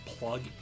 plug